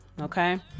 okay